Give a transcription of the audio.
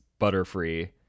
Butterfree